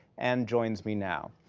and joins me now.